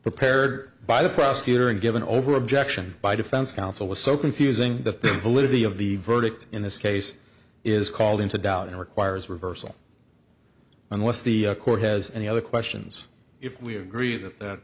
prepared by the prosecutor and given over objection by defense counsel was so confusing the validity of the verdict in this case is called into doubt and requires reversal unless the court has any other questions if we agree that th